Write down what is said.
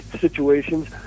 situations